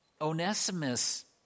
Onesimus